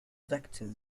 vectors